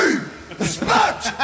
Respect